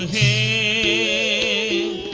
a